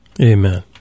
Amen